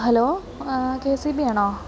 hello K S E B ആണോ